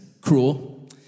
cruel